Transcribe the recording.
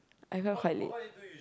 I felt quite late